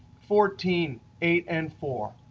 fourteen, eight and four.